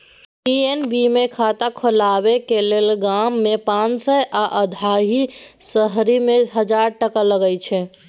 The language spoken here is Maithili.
पी.एन.बी मे खाता खोलबाक लेल गाममे पाँच सय आ अधहा शहरीमे हजार टका लगै छै